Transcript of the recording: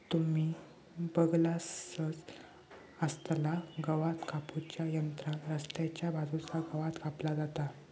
तुम्ही बगलासच आसतलास गवात कापू च्या यंत्रान रस्त्याच्या बाजूचा गवात कापला जाता